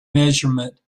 measurement